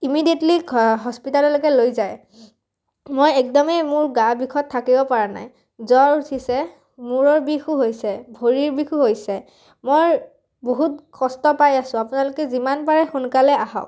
immediately হস্পিতাললৈকে লৈ যায় মই একদমেই মোৰ গা বিষত থাকিব পৰা নাই জ্বৰ উঠিছে মূৰৰ বিষো হৈছে ভৰিৰ বিষো হৈছে মই বহুত কষ্ট পাই আছোঁ আপোনালোকে যিমান পাৰে সোনকালে আহক